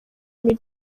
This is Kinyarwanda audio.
muri